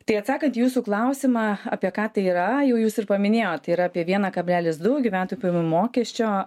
tai atsakant į jūsų klausimą apie ką tai yra jau jūs ir paminėjot tai yra apie vieną kablelis du gyventojų pajamų mokesčio